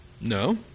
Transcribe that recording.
No